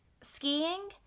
skiing